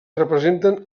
representen